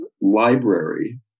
library